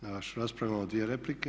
Na vašu raspravu imamo dvije replike.